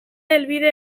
helbide